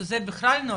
שזה בכלל נורא.